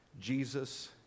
Jesus